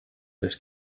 this